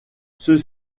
ceux